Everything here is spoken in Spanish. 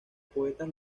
poetas